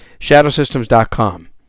Shadowsystems.com